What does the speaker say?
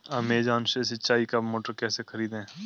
Amazon से सिंचाई का मोटर कैसे खरीदें?